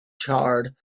charred